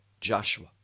Joshua